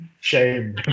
Shame